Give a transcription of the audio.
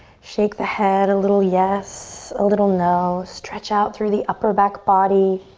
shake the head a little yes, a little no. stretch out through the upper back body.